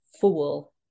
fool